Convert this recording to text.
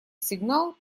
сигнал